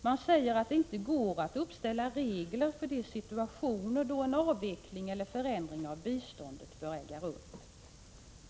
Man säger att det inte går att uppställa regler för de situationer då en avveckling eller förändring av biståndet bör äga rum.